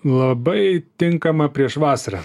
labai tinkama prieš vasarą